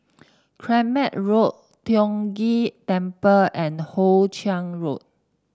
Kramat Road Tiong Ghee Temple and Hoe Chiang Road